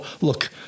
look